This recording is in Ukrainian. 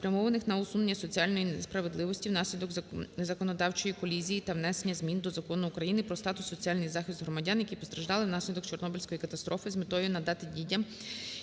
спрямованих на усунення соціальної несправедливості внаслідок законодавчої колізії та внесення змін до Закону України "Про статус і соціальний захист громадян, які постраждали внаслідок Чорнобильської катастрофи" з метою надати дітям,